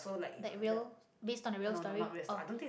like real based on a real story oh